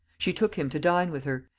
she took him to dine with her,